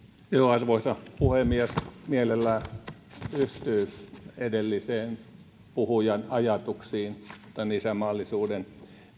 arvoisa puhemies mielellään yhtyy edelliseen puhujan ajatuksiin isänmaallisuuden